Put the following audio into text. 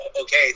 okay